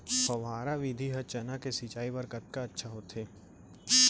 फव्वारा विधि ह चना के सिंचाई बर कतका अच्छा होथे?